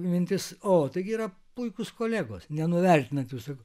mintis o taigi yra puikūs kolegos nenuvertinant visų